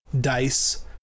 dice